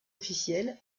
officielle